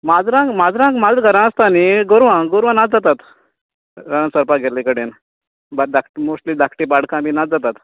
माजरांक माजरां माजरां घरांन आसतत न्ही ये गोरवां गोरवां नात जातात रानान चरपाक गेल्ले कडेन बरी धाकटी मोस्टली धाकटी पाडकां बी नात जातात